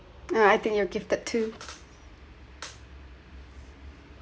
ah I think you're gifted too